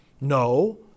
No